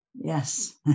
Yes